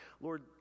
Lord